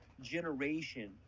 generation